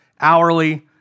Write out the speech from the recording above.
hourly